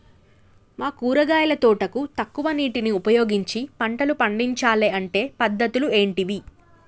మా కూరగాయల తోటకు తక్కువ నీటిని ఉపయోగించి పంటలు పండించాలే అంటే పద్ధతులు ఏంటివి?